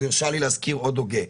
הוא הרשה לי להזכיר עוד הוגה,